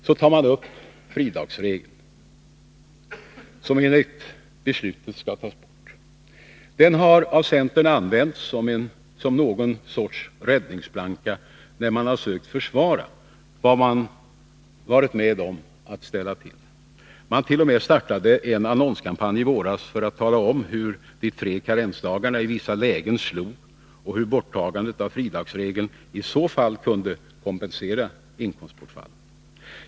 Så tar man upp fridagsregeln, som enligt beslutet skall tas bort. Den har av centern använts som någon sorts räddningsplanka när man sökt försvara vad man har varit med om att ställa till. Man startade t.o.m. en annonskampanj i våras för att tala om hur de tre karensdagarna i vissa lägen slog och hur borttagandet av fridagsregeln i sådana fall kunde kompensera inkomstbortfallet.